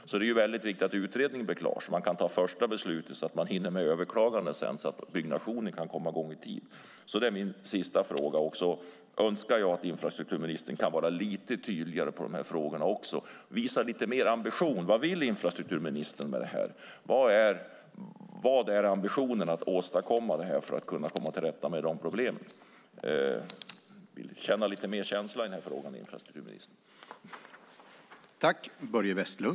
Det är därför väldigt viktigt att utredningen blir klar så att man kan ta det första beslutet. Då hinner man med också med överklaganden så att byggnationen kan komma i gång i tid. Det är min sista fråga. Jag önskar att infrastrukturministern kan vara lite tydligare i de här frågorna och visa lite mer ambition. Vad vill infrastrukturministern med det här? Vad är ambitionen för att kunna komma till rätta med problemen? Känn lite mer känsla i den här frågan, infrastrukturministern.